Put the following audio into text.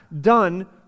done